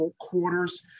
quarters